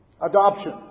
Adoption